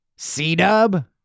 C-Dub